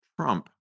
Trump